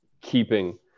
keeping